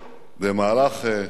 במהלך העבודה,